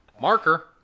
Marker